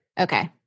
Okay